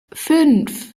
fünf